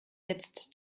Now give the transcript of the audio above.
jetzt